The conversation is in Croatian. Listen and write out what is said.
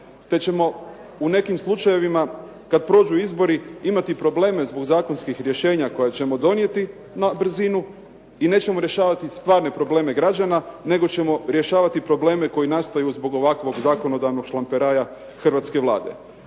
te ćemo u nekim slučajevima kada prođu izbori imati probleme zbog zakonskih rješenja koje ćemo donijeti na brzinu i nećemo rješavati stvarne probleme građana, nego ćemo rješavati probleme koji nastaju zbog ovakvog zakonodavnog šlamperaja hrvatske Vlade.